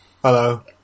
Hello